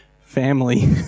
family